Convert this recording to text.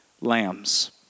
lambs